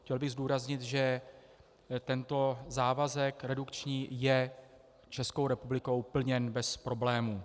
Chtěl bych zdůraznit, že tento závazek redukční je Českou republikou plněn bez problémů.